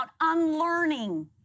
unlearning